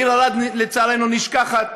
העיר ערד, לצערנו, נשכחת.